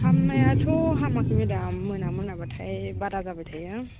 हामनायाथ' हामाखै मेडाम मोना मोनाब्लाथाय बारा जाबाय थायो